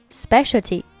specialty